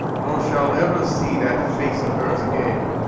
nor shall ever see that face of hers again.